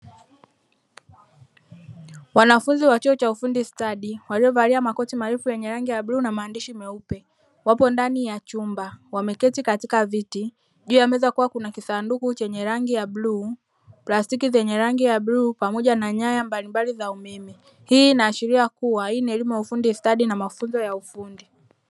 Wanafunzi wa chuo cha ufundi stadi waliovalia makoti marefu yenye rangi ya bluu na maandishi meupe, wapo ndani ya chumba wameketi katika viti juu ya meza kuwa kuna kisanduku chenye rangi ya bluu, plastiki zenye rangi ya bluu pamoja na nyaya mbalimbali za umeme, hii inaashiri kuwa hii ni elimu ya ufundi stadi na mafunzo ya ufundi stadi.